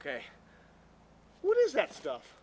ok what is that stuff